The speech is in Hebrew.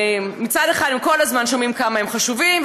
מצד אחד כל הזמן שומעים כמה הם חשובים,